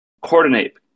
Coordinate